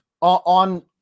on